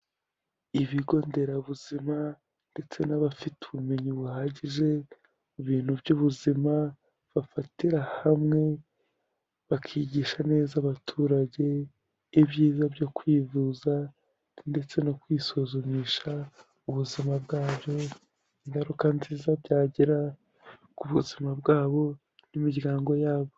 Ibigo nderabuzima, ndetse n'abafite ubumenyi buhagije, mu bintu by'ubuzima, bafatira hamwe bakigisha neza abaturage, ibyiza byo kwivuza, ndetse no kwisuzumisha, ubuzima bwabo, ingaruka nziza byagira ku buzima bwabo, n'imiryango yabo.